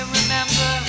remember